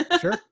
Sure